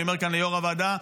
ואני אומר כאן ליו"ר הוועדה,